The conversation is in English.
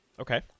Okay